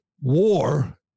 war